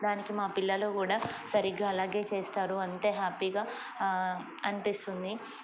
దానికి మా పిల్లలు కూడా సరిగ్గా అలాగే చేస్తారు అంతే హ్యాపీగా అనిపిస్తుంది